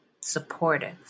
supportive